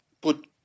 put